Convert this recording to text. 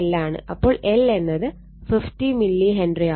അപ്പോൾ L എന്നത് 50 milli henry ആവും